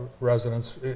residents